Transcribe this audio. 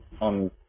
on